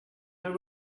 know